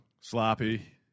Sloppy